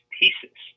pieces